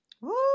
Woo